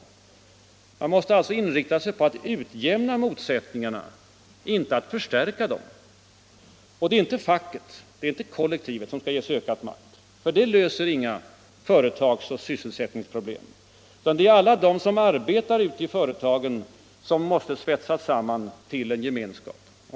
Man måste alltså ta sikte på att utjämna motsättningarna, inte förstärka dem. Och det är inte facket, inte kollektivet, som skall ges ökad makt, för det löser inga företagsoch sysselsättningsproblem. Det är alla de som arbetar i företagen som måste svetsas samman till en gemenskap.